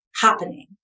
happening